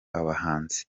abahanzi